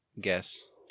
guess